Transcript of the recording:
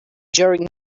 during